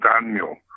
Daniel